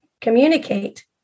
communicate